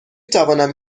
توانم